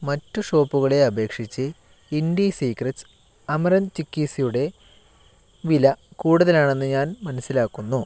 മറ്റ് ഷോപ്പുകളെ അപേക്ഷിച്ച് ഇൻഡി സീക്രെറ്റ്സ് അമരന്ത് ചിക്കീസുടെ വില കൂടുതലാണെന്ന് ഞാൻ മനസ്സിലാക്കുന്നു